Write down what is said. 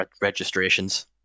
registrations